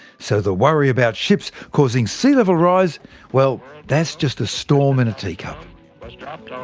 so the worry about ships causing sea level rise well, that's just a storm in a tea cup but but